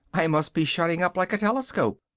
i must be shutting up like a telescope.